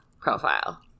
profile